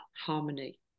harmony